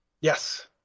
Yes